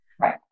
Right